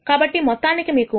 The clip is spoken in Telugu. కాబట్టి మొత్తానికి కి మీకు 1 0